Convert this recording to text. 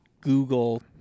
Google